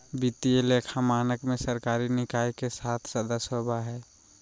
वित्तीय लेखा मानक में सरकारी निकाय के सात सदस्य होबा हइ